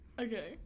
Okay